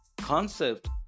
concept